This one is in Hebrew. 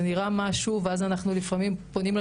זה נראה משהו ואז אנחנו לפעמים פונים את